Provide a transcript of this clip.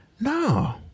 No